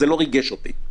זה לא ריגש אותי.